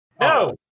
No